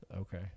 okay